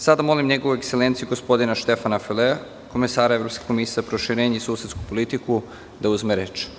Sada molim Njegovu ekselenciju, gospodina Štefana Filea, komesara Evropske komisije za proširenje i susedsku politiku, da uzme reč.